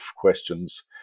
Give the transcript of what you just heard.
questions